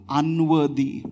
unworthy